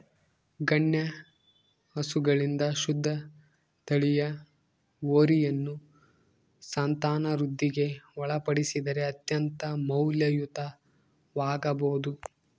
ಗಣ್ಯ ಹಸುಗಳಿಂದ ಶುದ್ಧ ತಳಿಯ ಹೋರಿಯನ್ನು ಸಂತಾನವೃದ್ಧಿಗೆ ಒಳಪಡಿಸಿದರೆ ಅತ್ಯಂತ ಮೌಲ್ಯಯುತವಾಗಬೊದು